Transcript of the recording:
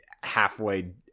halfway